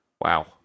Wow